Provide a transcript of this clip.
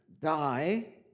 die